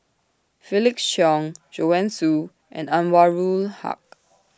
Felix Cheong Joanne Soo and Anwarul Haque